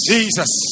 Jesus